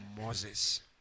Moses